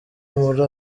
muri